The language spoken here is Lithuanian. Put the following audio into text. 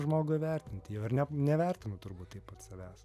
žmogų įvertinti jo ir ne nevertinu turbūt taip pat savęs